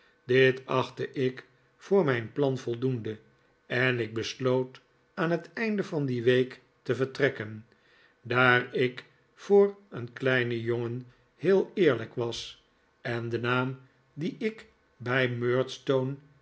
dit achtte ik voor mijn plan voldoende en ik besloot aan het einde van die week te vertrekken daar ik voor een kleinen jongen heel eerlijk was en den naam dien ik bij